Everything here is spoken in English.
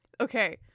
okay